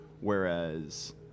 Whereas